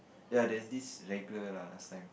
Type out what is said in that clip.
ya there is this lah last time